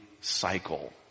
cycle